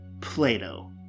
Plato